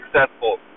successful